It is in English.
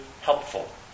helpful